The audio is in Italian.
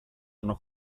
hanno